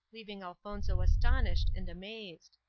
leaving elfonzo astonished and amazed.